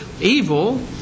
evil